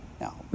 now